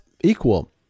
equal